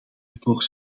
ervoor